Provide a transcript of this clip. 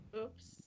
Oops